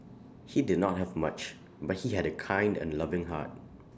he did not have much but he had A kind and loving heart